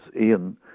Ian